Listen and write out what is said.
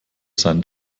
seinen